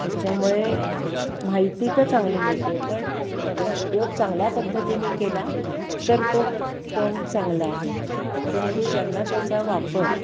त्याच्यामुळे माहिती तर चांगली मिळते पण त्याचा उपयोग चांगल्या पद्धतीने केला तर तो फोन चांगला आहे परंतु ज्यांना त्याचा वापर